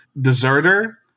Deserter